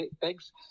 thanks